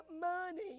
money